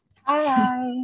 Hi